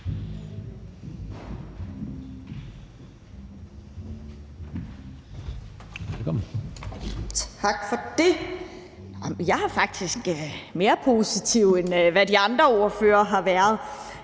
Tak for det. Jeg er faktisk mere positiv, end hvad de andre ordførere har været.